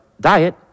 diet